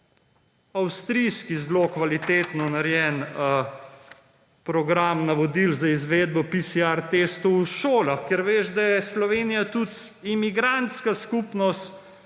Avstrijski zelo kvalitetno narejen program navodil za izvedbo PCR testov v šolah, ker veš, da je Slovenija tudi imigrantska skupnost,